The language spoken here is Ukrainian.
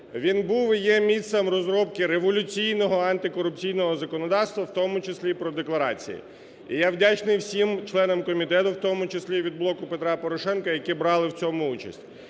Він був і є місцем розробки революційного антикорупційного законодавства, в тому числі і про декларації. І я вдячний всім членам комітету, в тому числі і від "Блоку Петра Порошенка", які брали в цьому участь.